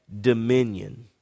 dominion